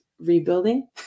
rebuilding